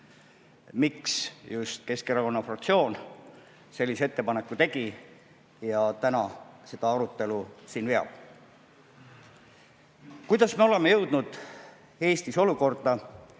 miks just Keskerakonna fraktsioon sellise ettepaneku tegi ja täna seda arutelu siin veab. Kuidas me oleme Eestis jõudnud